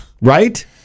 right